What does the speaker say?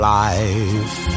life